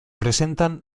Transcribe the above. presentan